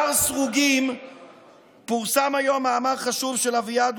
באתר סרוגים פורסם היום מאמר חשוב של אביעד